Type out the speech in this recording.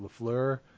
Lafleur